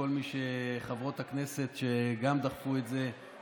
לכל חברות הכנסת שגם דחפו את זה,